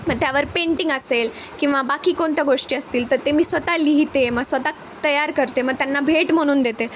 मग त्यावर पेंटिंग असेल किंवा बाकी कोणत्या गोष्टी असतील तर ते मी स्वतः लिहिते मग स्वतः तयार करते मग त्यांना भेट म्हणून देते